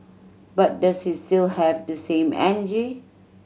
but does he still have the same energy